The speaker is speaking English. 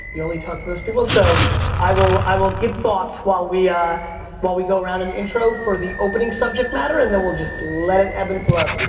you only talk to those people. so i will i will give thoughts while we, ah while we go around and intro for the opening subject matter, and then we'll just let it ebb and flow.